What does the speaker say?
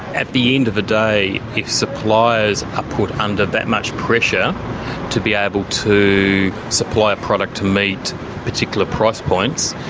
at the end of the day if suppliers are put under that much pressure to be able to supply a product to meet particular price points,